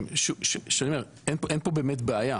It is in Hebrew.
שאני אומר, אין פה באמת בעיה.